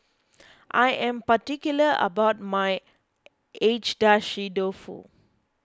I am particular about my Agedashi Dofu